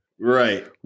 Right